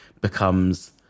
becomes